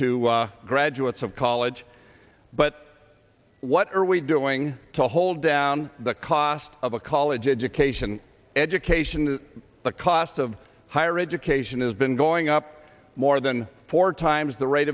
to graduates of college but what are we doing to hold down the cost of a college education education the cost of higher education has been going up more than four times the rate